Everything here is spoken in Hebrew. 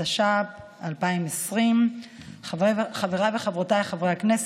התש"ף 2020. בהתאם למנגנון בחוק,